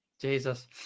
jesus